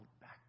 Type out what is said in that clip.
back